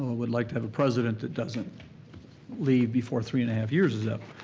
would like to have a president that doesn't leave before three and a half years is up.